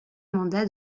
mandats